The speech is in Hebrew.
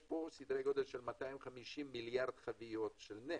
יש פה סדר גודל של 251 מיליארד חביות נפט,